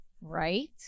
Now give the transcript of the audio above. right